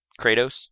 Kratos